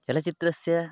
चलच्चित्रस्य